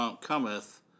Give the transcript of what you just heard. cometh